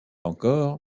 encore